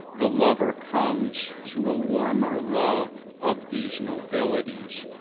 the lover comes to a warmer love of these nobilities,